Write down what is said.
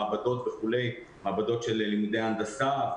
מעבדות של לימודי הנדסה,